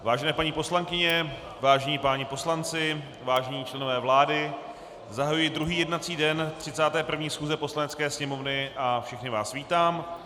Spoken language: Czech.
Vážené paní poslankyně, vážení páni poslanci, vážení členové vlády, zahajuji druhý jednací den 31. schůze Poslanecké sněmovny a všechny vás vítám.